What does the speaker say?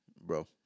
bro